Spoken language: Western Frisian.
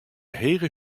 hege